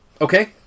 Okay